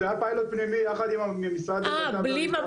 זה היה פיילוט פנימי יחד עם המשרד לביטחון פנים,